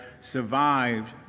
survived